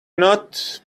not